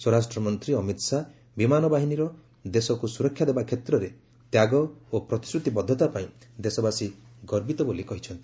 ସ୍ୱରାଷ୍ଟ୍ର ମନ୍ତ୍ରୀ ଅମିତ୍ ଶାହା ବିମାନ ବାହିନୀର ଦେଶକୁ ସୁରକ୍ଷା ଦେବା କ୍ଷେତ୍ରରେ ତ୍ୟାଗ ଓ ପ୍ରତିଶ୍ରତିବଦ୍ଧତା ପାଇଁ ଦେଶବାସୀ ଗର୍ବିତ ବୋଲି କହିଛନ୍ତି